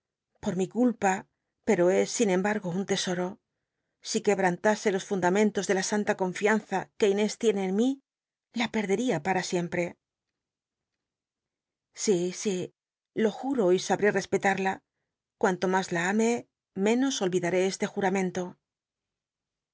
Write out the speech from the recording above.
por mi culpa pero es sin cmbargo un tesoro si quebrantase los fundamentos de la s mta conlianza que inés tiene en mi la pcrdería para siempre si si lo jur'o y sabré tespetal'ia cuanto mas la ame men os oll'idaré este